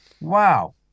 Wow